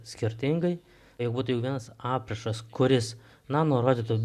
skirtingai jeigu būtų tik vienas aprašas kuris na nurodyta